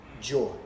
joy